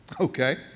Okay